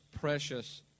precious